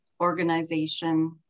organization